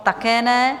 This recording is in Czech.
Také ne.